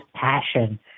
passion